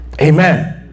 Amen